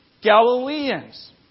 Galileans